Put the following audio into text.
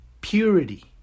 purity